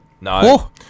No